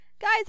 Guys